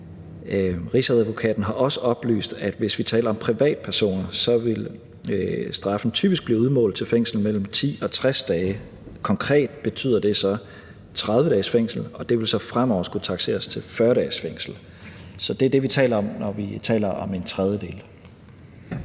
Rigsadvokaten har også oplyst, at hvis vi taler om privatpersoner, vil straffen typisk blive udmålt til fængsel mellem 10 og 60 dage. Konkret betyder det så 30 dages fængsel, og det vil så fremover skulle takseres til 40 dages fængsel. Det er det, vi taler om, når vi taler om en tredjedel.